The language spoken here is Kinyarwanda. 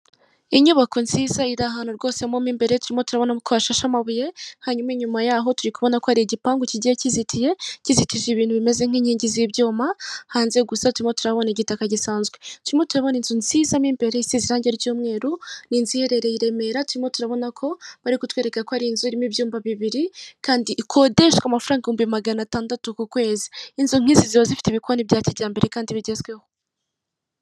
Inyubako nziza iri ahantu rwose mo imbere turimo turabona ko hashashe amabuye, hanyuma inyuma yaho turi kubona ko ari igipangu kigiye kizitiye gizitije ibintu bimeze nk'inkingi z'ibyuma hanze gusa turimo turabona igitaka gisanzwe, turimo turamo inzu nziza mu imbere isize irangi ry'umweru ni inzu iherereye i Remera turimo turabona ko bari kutwereka ko ari inzu irimo ibyumba bibiri kandi ikodeshe amafaranga ibihumbi magana atandatu ku kwezi inzu nk'izi ziba zifite ibikoni bya kijyambere kandi bigezweho.